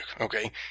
okay